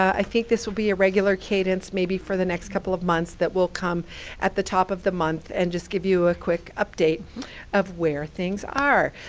i think this will be a regular cadence maybe for the next couple of months, that we'll come at the top of the month and just give you a quick update of where things are.